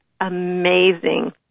amazing